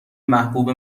محبوب